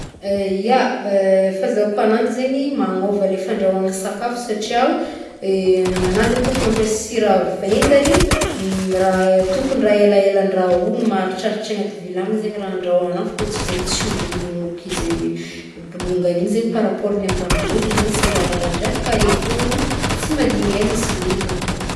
Ya, fahazahoko agnanjy zegny, magnôva le fandrahoagna sakafo, satria ho, agnao zegny kaofa mampiasa sira vaingany, raha- tokony raha elaela androhoigny maharitraritra agnaty vilagny zegny raha andrahoagnao, fa kô tsy zegny tsy ho levogno môko izy e, bolongany igny zegny par rapport amin'ny raha vovony zegny sa mba araradraraka hely fognany tsy mahadigny ela izy levogny avake.